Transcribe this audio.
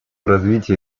развития